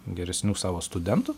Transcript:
geresnių savo studentų